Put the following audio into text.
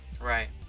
Right